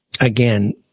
again